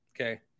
okay